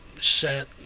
Set